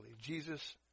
Jesus